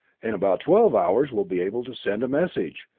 in about twelve hours we'll be able to send a message.